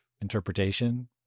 interpretation